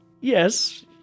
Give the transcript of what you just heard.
Yes